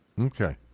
Okay